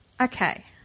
Okay